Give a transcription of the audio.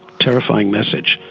terrifying message,